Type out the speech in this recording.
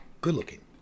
good-looking